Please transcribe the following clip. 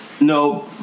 no